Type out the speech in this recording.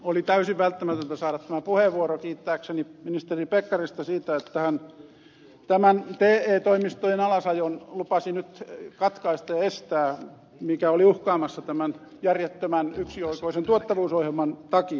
oli täysin välttämätöntä saada tämä puheenvuoro kiittääkseni ministeri pekkarista siitä että hän tämän te toimistojen alasajon lupasi nyt katkaista ja estää mikä oli uhkaamassa tämän järjettömän yksioikoisen tuottavuusohjelman takia